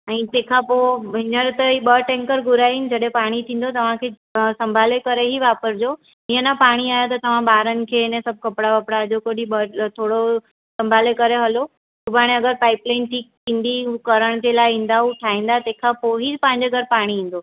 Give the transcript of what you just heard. ऐं तंहिं खां पोइ हींअर त ई ॿ टेंकर घुराईं जॾहिं पाणी ईंदो तव्हांखे तव्हां संभाले करे ही वापरजो ईंअ न पाणी आहे त तव्हां ॿारनि खे हिन सभ कपिड़ा वपिड़ा जे को बि थोरो संभाले करे हलो सुभाणे अगरि पाइप लाइन ठीकु थींदी करण जे लाइ ईंदा हू ठाहींदा तंहिं खां पोइ ई पंहिंजे घरि पाणी ईंदो